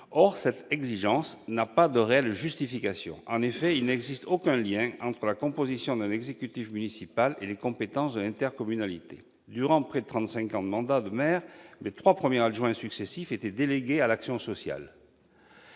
Or cette contrainte n'a pas de réelle justification. En effet, il n'existe aucun lien entre la composition d'un exécutif municipal et les compétences de l'intercommunalité. Durant mon mandat de maire de presque trente-cinq ans, mes trois premiers adjoints successifs étaient délégués à l'action sociale.